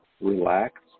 Relax